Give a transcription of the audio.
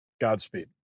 Godspeed